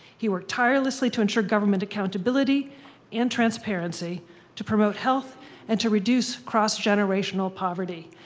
he worked tirelessly to ensure government accountability and transparency to promote health and to reduce cross-generational poverty.